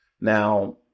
now